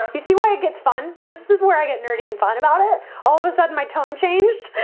you see why it gets fun. this is where i get nerdy and fine about it all of a sudden my tone changed.